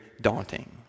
daunting